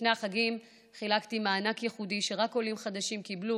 לפני החגים חילקתי מענק ייחודי שרק עולים חדשים קיבלו,